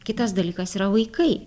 kitas dalykas yra vaikai